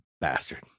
Bastard